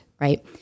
Right